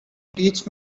teach